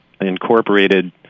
incorporated